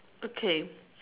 okay